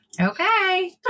okay